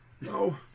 no